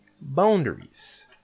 boundaries